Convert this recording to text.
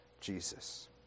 Jesus